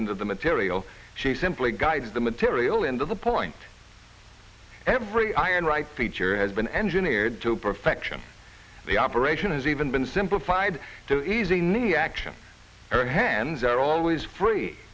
into the material she simply guides the material into the point every iron right feature has been engineered to perfection the operation has even been simplified to easy knee action her hands are always free